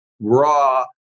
Raw